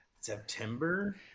September